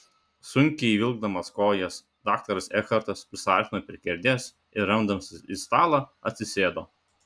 sunkiai vilkdamas kojas daktaras ekhartas prisiartino prie kėdės ir remdamasis į stalą atsisėdo